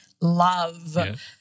love